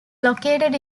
located